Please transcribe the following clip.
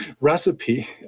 recipe